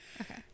Okay